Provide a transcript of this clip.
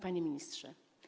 Panie Ministrze!